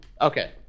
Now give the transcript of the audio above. Okay